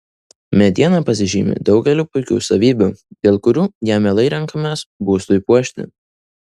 mediena pasižymi daugeliu puikių savybių dėl kurių ją mielai renkamės būstui puošti